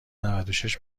نودوشش